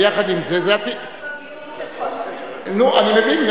אבל יחד עם זה, נו, אני מבין.